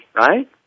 right